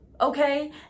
okay